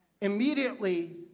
Immediately